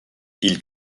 ils